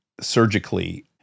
surgically